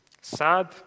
Sad